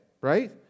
right